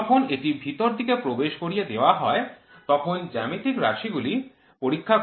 যখন এটি ভিতর দিকে প্রবেশ করিয়ে দেওয়া হয় তখন জ্যামিতিক রাশি গুলি পরীক্ষা করে